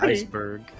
Iceberg